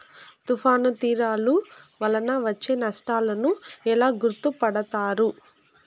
తుఫాను తీరాలు వలన వచ్చే నష్టాలను ఎలా గుర్తుపడతారు?